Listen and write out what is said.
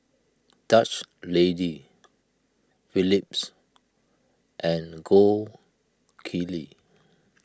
Dutch Lady Phillips and Gold Kili